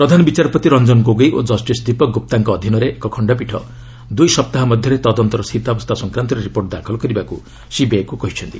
ପ୍ରଧାନ ବିଚାରପତି ରଞ୍ଜନ ଗୋଗୋଇ ଓ ଜଷ୍ଟିସ୍ ଦୀପକ୍ ଗୁପ୍ତାଙ୍କ ଅଧୀନରେ ଏକ ଖଣ୍ଡପୀଠ ଦୁଇ ସପ୍ତାହ ମଧ୍ୟରେ ତଦନ୍ତର ସ୍ଥିତାବସ୍ଥା ସଂକ୍ରାନ୍ତରେ ରିପୋର୍ଟ ଦାଖଲ କରିବାକୁ ସିବିଆଇକୁ କହିଛନ୍ତି